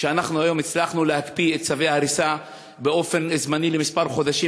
שאנחנו היום הצלחנו להקפיא את צווי ההריסה באופן זמני לכמה חודשים,